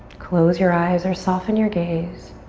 close your eyes or soften your gaze.